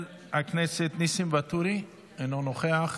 חבר הכנסת ניסים ואטורי, אינו נוכח.